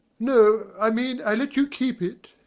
no i mean i let you keep it.